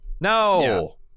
No